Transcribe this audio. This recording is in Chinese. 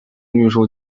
运输